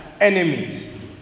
enemies